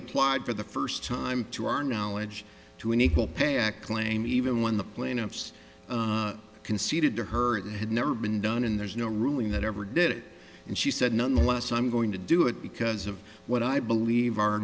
applied for the first time to our knowledge to an equal pay act claim even when the plaintiffs conceded to her it had never been done and there's no ruling that ever did it and she said nonetheless i'm going to do it because of what i believe our